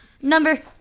number